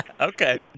Okay